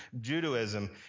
Judaism